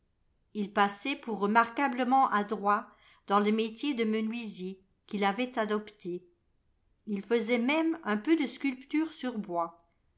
ii passait pour remarquablement adroit dans le métier de menuisier qu'il avait adopté il faisait même un peu de sculpture sur bois